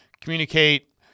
Communicate